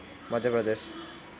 Madhya Pradesh